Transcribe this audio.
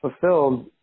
fulfilled